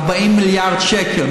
40 מיליארד שקל.